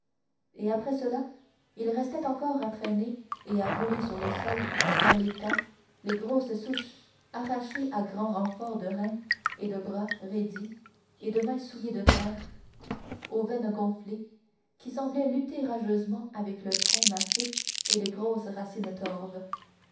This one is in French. et après cela il restait encore à traîner et rouler sur le sol vers les tas les grosses souches arrachées à grand renfort de reins et de bras raidis et de mains souillées de terre aux veines gonflées qui semblaient lutter rageusement avec le tronc massif et les grosses racines torves